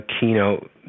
keynote